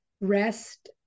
rest